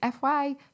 FY